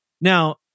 Now